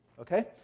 Okay